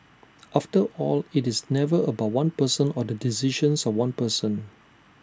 after all IT is never about one person or the decisions of one person